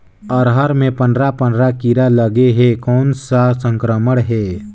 अरहर मे पंडरा पंडरा कीरा लगे हे कौन सा संक्रमण हे?